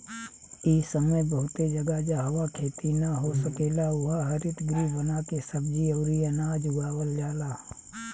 इ समय बहुते जगह, जाहवा खेती ना हो सकेला उहा हरितगृह बना के सब्जी अउरी अनाज उगावल जाला